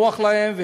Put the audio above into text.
נוח להם,